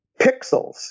pixels